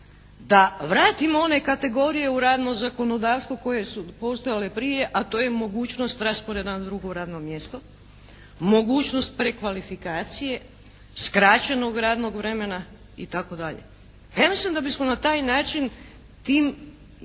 da vratimo one kategorije u radno zakonodavstvo koje su postojale prije, a to je mogućnost rasporeda na drugo radno mjesto, mogućnost prekvalifikacije, skraćenog radnog vremena itd. Ja mislim da bismo na taj način tim